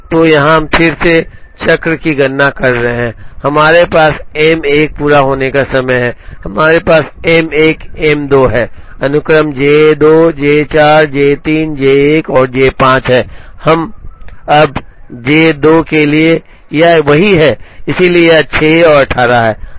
तो यहाँ हम फिर से चक्र चक्र की गणना कर रहे हैं हमारे पास M 1 पूरा होने का समय है हमारे पास M 1 M 2 है अनुक्रम J 2 J 4 J 3 J 1 और J 5 है अब J 2 के लिए यह वही है इसलिए यह 6 और 18 है